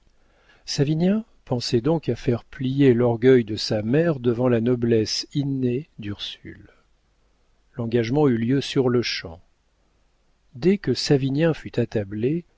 savinien pensait donc à faire plier l'orgueil de sa mère devant la noblesse innée d'ursule l'engagement eut lieu sur-le-champ dès que savinien fut attablé